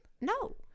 No